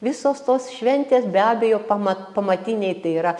visos tos šventės be abejo pama pamatiniai tai yra